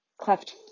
Cleft